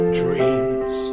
dreams